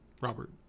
robert